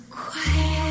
quiet